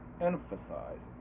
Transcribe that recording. emphasize